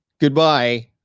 Goodbye